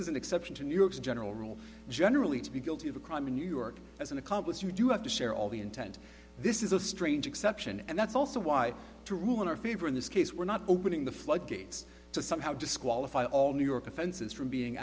is an exception to new york's general rule generally to be guilty of a crime in new york as an accomplice you do have to share all the intent this is a strange exception and that's also why to rule in our favor in this case we're not opening the floodgates to somehow disqualify all new york offenses from being